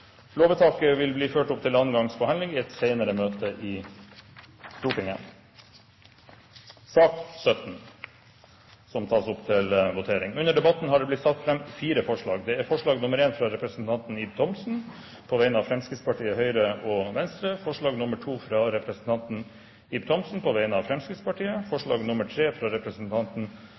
Lovvedtaket vil bli ført opp til andre gangs behandling i et senere møte i Stortinget. Under debatten er det satt fram fire forslag. Det er forslag nr. 1, fra representanten Ib Thomsen på vegne av Fremskrittspartiet, Høyre og Venstre forslag nr. 2, fra representanten Ib Thomsen på vegne av Fremskrittspartiet forslag nr. 3, fra representanten